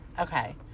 Okay